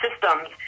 systems